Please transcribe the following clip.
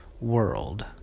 world